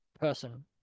person